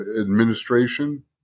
administration